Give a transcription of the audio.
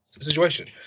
situation